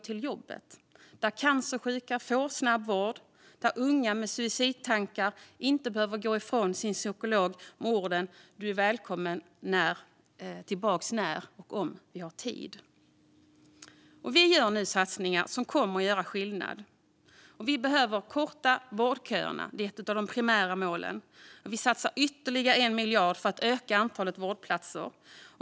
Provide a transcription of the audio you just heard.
Det ska vara en plats där cancersjuka får snabb vård och där unga med suicidtankar inte behöver gå ifrån sin psykolog med orden "du är välkommen tillbaka när eller om vi har tid". Vi gör nu satsningar som kommer att göra skillnad. Vi behöver korta vårdköerna. Det är ett av de primära målen. Vi satsar ytterligare 1 miljard för att öka antalet vårdplatser.